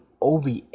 OVA